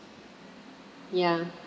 yeah